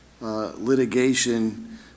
litigation